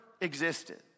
existed